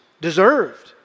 deserved